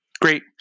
Great